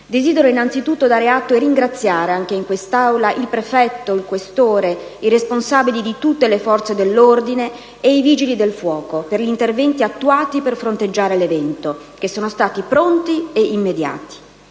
Desidero innanzitutto dare atto e ringraziare, anche in quest'Aula, il prefetto, il questore, i responsabili di tutte le forze dell'ordine e i Vigili del fuoco per gli interventi attuati per fronteggiare l'evento, che sono stati pronti e immediati.